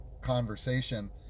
conversation